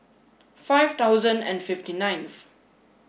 five thousand and fifty ninth